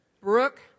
Brooke